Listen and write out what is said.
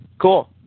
Cool